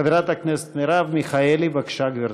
חברת הכנסת מרב מיכאלי, בבקשה, גברתי.